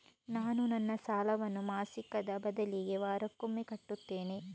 ನಾನು ನನ್ನ ಸಾಲವನ್ನು ಮಾಸಿಕದ ಬದಲಿಗೆ ವಾರಕ್ಕೊಮ್ಮೆ ಕಟ್ಟುತ್ತೇನೆ